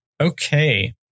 Okay